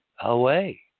away